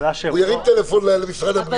הוא ירים טלפון למשרד הבריאות.